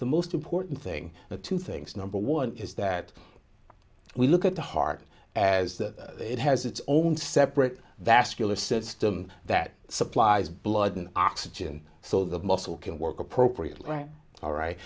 the most important thing the two things number one is that we look at the heart as that it has its own separate vascular system that supplies blood and oxygen so the muscle can work appropriately right all right